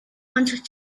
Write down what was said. wanted